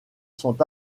sont